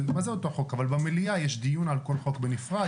אבל במליאה יש דיון על כל חוק בנפרד,